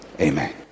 Amen